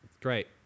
great